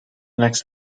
next